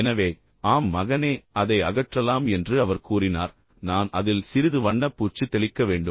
எனவே ஆம் மகனே அதை அகற்றலாம் என்று அவர் கூறினார் நான் அதில் சிறிது வண்ணப்பூச்சு தெளிக்க வேண்டும்